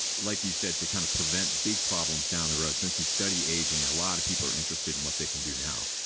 like you said, to kind of prevent big problems down the road? since you study aging, a lot of people are interested in what they can do now.